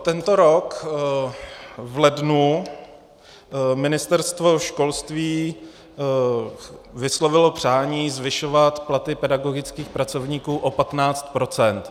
Tento rok v lednu Ministerstvo školství vyslovilo přání zvyšovat platy pedagogických pracovníků o 15 %.